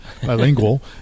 Bilingual